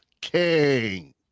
king